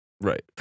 Right